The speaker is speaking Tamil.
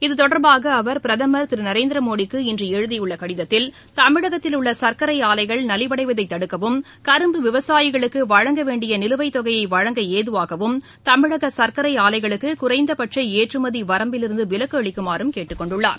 இத்தொடர்பாக அவர் பிரதமர் திரு நரேந்திர மோடிக்கு இன்று எழுதியுள்ள கடிதத்தில் தமிழகத்தில் உள்ள சர்க்கரை ஆலைகள் நலிவடைவதை தடுக்கவும் கரும்பு விவசாயிகளுக்கு வழங்க வேண்டிய நிலுவைத் தொகையை வழங்க வதுவாகவும் தமிழக சர்க்கரை ஆலைகளுக்கு குறைந்தபட்ச ஏற்றுமதி வரம்பிலிருந்து விலக்கு அளிக்குமாறும் கேட்டுக்கொண்டுள்ளார்